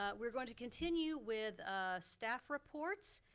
ah we're going to continue with staff reports.